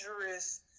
dangerous